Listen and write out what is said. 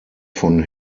von